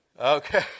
Okay